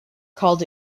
called